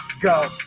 Go